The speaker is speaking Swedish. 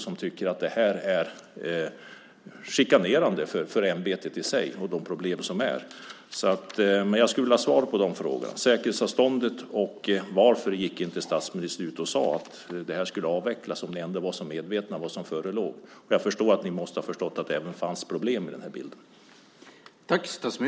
De tycker att det här är chikanerande för ämbetet i sig. Jag skulle vilja ha svar på frågorna om säkerhetsavståndet och varför statsministern inte gick ut och sade att det här skulle avvecklas när ni ändå var så medvetna om vad som förelåg. Jag förstår att ni måste ha förstått att det fanns problem i den här bilden.